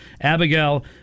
Abigail